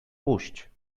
puść